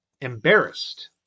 embarrassed